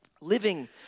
Living